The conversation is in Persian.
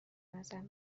نظر